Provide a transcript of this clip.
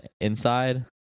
inside